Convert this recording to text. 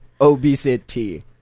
obesity